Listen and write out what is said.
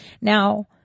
Now